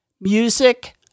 Music